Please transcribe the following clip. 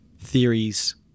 theories